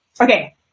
Okay